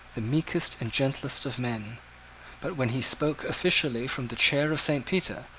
the meekest and gentlest of men but when he spoke officially from the chair of st. peter,